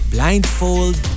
Blindfold